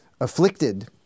afflicted